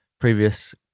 previous